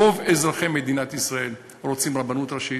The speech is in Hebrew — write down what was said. רוב אזרחי מדינת ישראל רוצים רבנות ראשית,